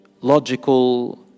logical